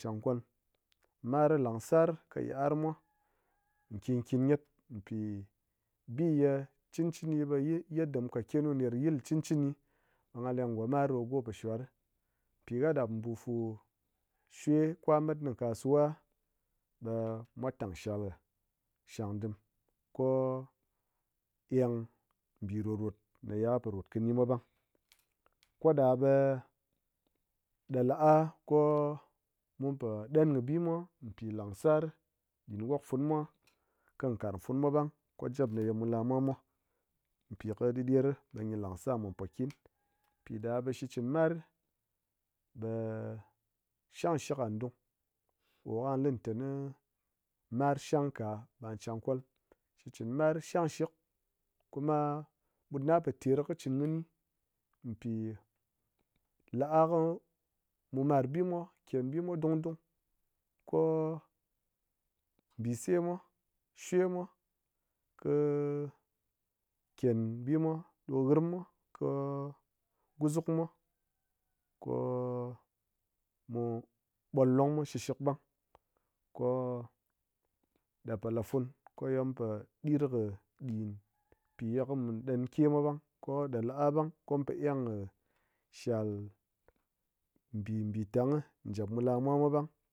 chan kwalm, mar langsar ki; yit'ar mwa nkin nkin gyet, mpi bi ye cɨn cɨni b;e yetda mu kat kenu ner yil ye cɨn cɨni ɓa ngha leng ngo mar ɗo go po shwar ri, pi ha ɗap bufu shwe ko ha mat ŋɨ kasuwa ɓe mwa tang shwa ha shang dim ko-o eng bi rot rot ne ye ha po rot kini mwa ɓang, ko ɗa ɓe ɗel a ko mu po ɗan kɨ bi mwa pi langsar ɗin wok funu mwa kɨ karang funu mwa ɓang kɨ jap ko me ye mu lamwa mwa pi kɨ ɗider ri ɓe gyi langsar mwa pokin, piɗa ɓe shikchɨn kɨ mar ɓe shangshɨk nghan dung ko ka li tani-i mar shang ka ɓa'a chan kwalm, kuma ɓut na po ter kɨchɨn kɨni pi la'a ko mu mar bi mwa ken kɨ gyi gy dung pi-i la'a ko mu mar bi mwa ken bi mwa dung dung ko-o khen bi mwa, shwe mwa kɨ-ih khen bi mwa ko hirm mwa, khe gusuk mwa, ko mu ɓwat long mwa shikshik ɓang ko-o ɗa po la fun ko ye mu po ɗir kɨ ɗin pi ye mu po ɗan ke mwa ɓang ko-o- ɗa la'a ɓang ko mu po eng kɨ shal mbi pi tang jap mu la mwa mwa ɓang